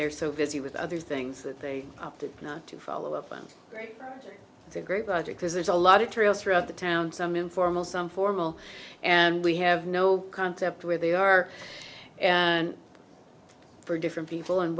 they're so busy with other things that they opted not to follow up on the group about it because there's a lot of trails throughout the town some informal some formal and we have no concept where they are and for different people and